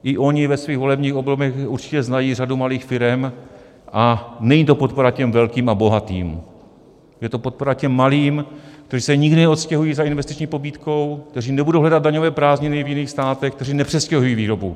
I oni ve svých volebních obvodech určitě znají řadu malých firem, a není to podpora těm velkým a bohatým, je to podpora těm malým, kteří se nikdy neodstěhují za investiční pobídkou, kteří nebudou hledat daňové prázdniny v jiných státech, kteří nepřestěhují výrobu.